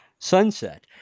sunset